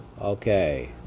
okay